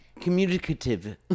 Communicative